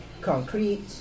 concrete